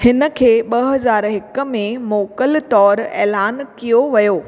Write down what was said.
हिन खे ॿ हज़ार हिक में मोकल तौरु ऐलानु कयो वियो